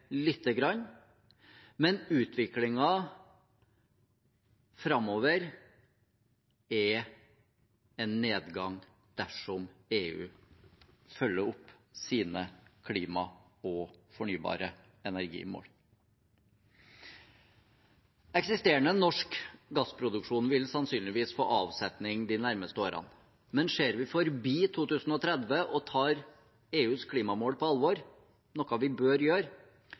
lite grann, men utviklingen framover er en nedgang dersom EU følger opp sine klimamål og fornybar energi-mål. Eksisterende norsk gassproduksjon vil sannsynligvis få avsetning de nærmeste årene, men ser vi forbi 2030 og tar EUs klimamål på alvor, noe vi bør gjøre,